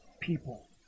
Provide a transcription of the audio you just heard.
people